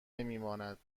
نمیماند